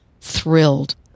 thrilled